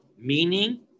meaning